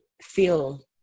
feel